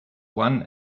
one